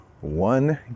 one